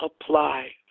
apply